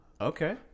okay